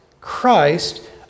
Christ